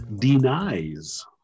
denies